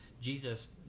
Jesus